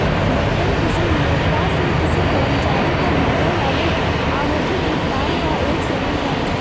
वेतन किसी नियोक्ता से किसी कर्मचारी को मिलने वाले आवधिक भुगतान का एक स्वरूप है